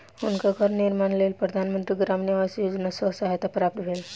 हुनका घर निर्माणक लेल प्रधान मंत्री ग्रामीण आवास योजना सॅ सहायता प्राप्त भेल